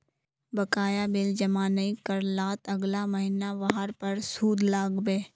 बकाया बिल जमा नइ कर लात अगला महिना वहार पर सूद लाग बे